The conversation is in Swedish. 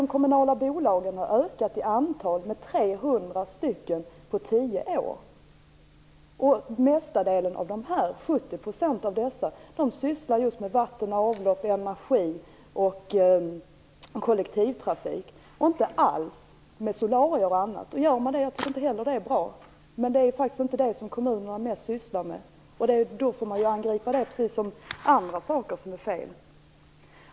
De kommunala bolagen har, som sagt, under tio år ökat i antal med 300. Merparten, 70 %, av dessa bolag sysslar just med vatten och avlopp, energi och kollektivtrafik. De sysslar inte alls med solarier t.ex. Jag tycker inte heller att det är bra, men det är faktiskt inte vad kommunerna mest sysslar med. Är det så, får man angripa det precis som man gör beträffande annat som är fel.